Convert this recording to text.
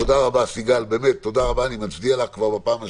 תודה רבה סיגל, אני מצדיע לך כבר בפעם השנייה,